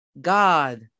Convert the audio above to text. God